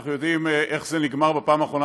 אנחנו יודעים איך זה נגמר בפעם האחרונה